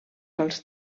als